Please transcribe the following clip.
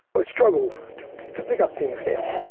ah struggle to pick up things now,